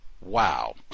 wow